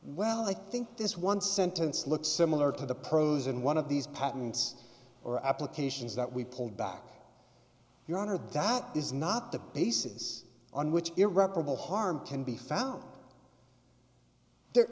well i think this one sentence looks similar to the pros and one of these patents or applications that we pulled back your honor that is not the basis on which irreparable harm can be found there